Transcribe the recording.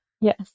Yes